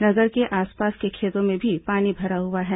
नगर के आसपास के खेतों में भी पानी भरा हुआ है